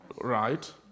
Right